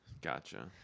Gotcha